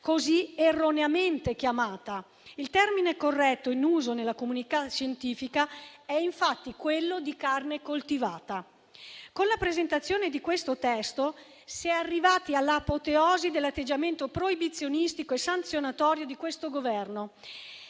così erroneamente chiamata. Il termine corretto in uso nella comunità scientifica è infatti quello di «carne coltivata». Con la presentazione di questo testo si è arrivati all'apoteosi dell'atteggiamento proibizionistico e sanzionatorio di questo Governo,